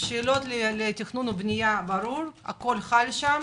השאלות לגבי תכנון ובניה ברורות, הכול חל שם,